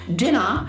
dinner